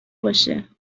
باشه